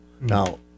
Now